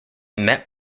met